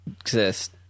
exist